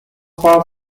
part